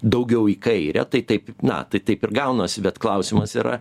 daugiau į kairę tai taip na tai taip ir gaunasi bet klausimas yra